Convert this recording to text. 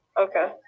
Okay